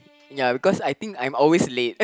ya because I think I'm always late